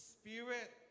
spirit